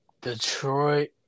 Detroit